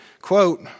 Quote